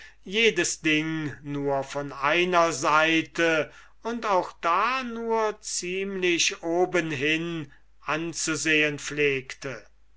jedes ding nur von einer seite und auch da nur ziemlich obenhin anzusehen pflegte